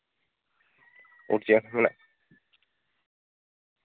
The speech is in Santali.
ᱩᱴ ᱪᱮᱬᱮ ᱦᱚᱸ ᱢᱮᱱᱟᱜ